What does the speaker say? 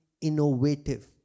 innovative